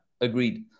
agreed